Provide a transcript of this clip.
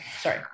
sorry